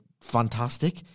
fantastic